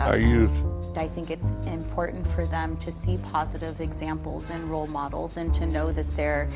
our youth. i think it's important for them to see positive examples and role models and to know that their